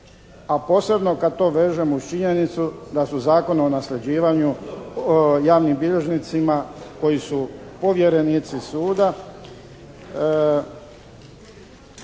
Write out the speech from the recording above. a posebno kad to vežemo uz činjenicu da su Zakonom o nasljeđivanju javnim bilježnicima koji su povjerenici suda